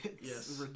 Yes